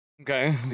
Okay